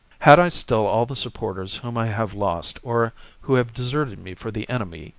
had i still all the supporters whom i have lost, or who have deserted me for the enemy,